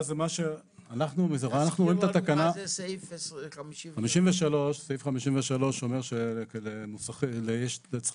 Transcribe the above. מה זה סעיף 53. סעיף 53 אומר שצריך